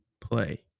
play